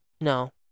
No